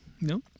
No